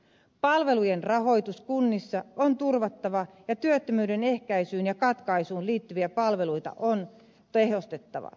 palvelujen rahoitus kunnissa on turvattava ja työttömyyden ehkäisyyn ja katkaisuun liittyviä palveluita on tehostettava